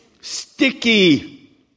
sticky